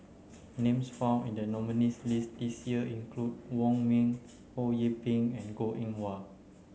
names found in the nominees' list this year include Wong Ming Ho Yee Ping and Goh Eng Wah